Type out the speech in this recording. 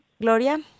Gloria